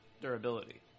durability